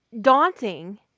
daunting